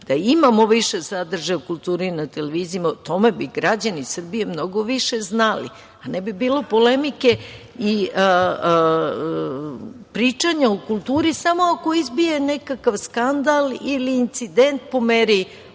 imamo više sadržaja o kulturi na televizijama o tome bi građani Srbije mnogo više znali, ne bi bilo polemike i pričanja o kulturi samo ako izbije nekakav skandal ili incident po meri